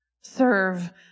serve